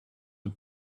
and